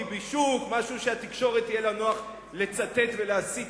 "ביבישוק" משהו שלתקשורת יהיה נוח לצטט ולהסית